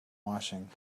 washing